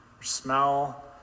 smell